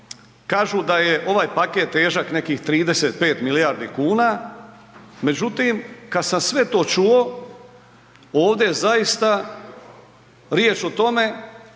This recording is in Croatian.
kažu da je ovaj paket težak nekih 35 milijardi kuna. Međutim, kad sam sve to čuo, ovdje je zaista riječ o tome